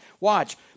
Watch